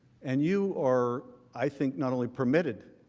and you are i think, not only permitted,